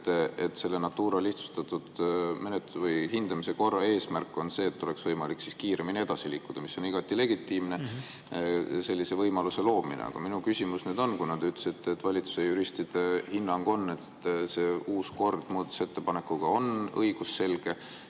et Natura lihtsustatud menetluse või hindamise korra eesmärk on see, et oleks võimalik kiiremini edasi liikuda, mis on igati legitiimne sellise võimaluse loomine. Aga minu küsimusele – te ütlesite, et valitsuse juristide hinnang on, et see uus kord on muudatusettepanekuga [saanud] õigusselgeks